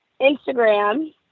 Instagram